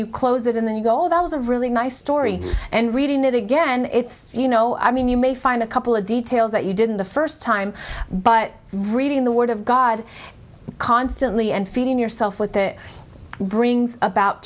you close it and then you go that was a really nice story and reading it again it's you know i mean you may find a couple of details that you didn't the first time but reading the word of god constantly and feeding yourself with the brings about